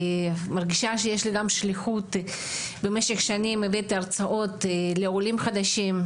מרגישה שיש לי גם שליחות במשך שנים הבאתי הרצאות לעולים חדשים,